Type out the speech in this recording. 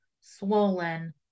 swollen